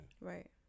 Right